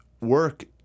work